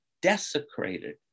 desecrated